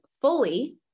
fully